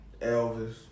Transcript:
Elvis